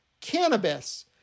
cannabis